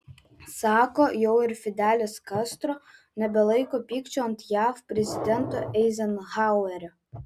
sako jau ir fidelis kastro nebelaiko pykčio ant jav prezidento eizenhauerio